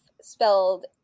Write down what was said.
spelled